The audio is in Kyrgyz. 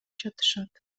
жатышат